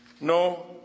No